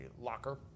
locker